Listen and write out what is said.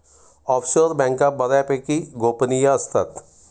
offshore बँका बऱ्यापैकी गोपनीय असतात